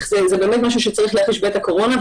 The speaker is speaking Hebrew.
זה באמת דבר שצריך להחיש בעת הקורונה.